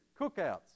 cookouts